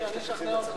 לשעבר.